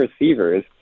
receivers